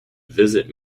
visit